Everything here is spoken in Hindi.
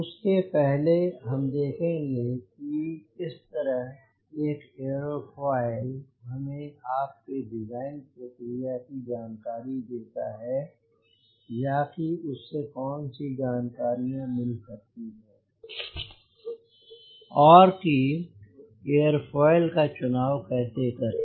उसके पहले हम देखेंगे किस तरह एक एयरोफॉयल हमें आपके डिज़ाइन प्रक्रिया की जानकारी देता है या कि उससे कौन सी जानकारियाँ मिल सकती हैं और कि एरफोइल का चुनाव कैसे करें